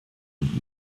und